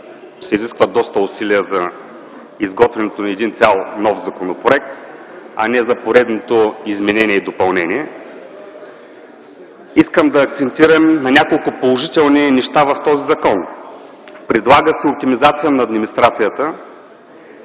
се изискват доста усилия за изготвянето на цял нов законопроект, а не за поредното изменение и допълнение. Искам да акцентирам на няколко положителни неща в този законопроект. Предлага се оптимизация на администрацията,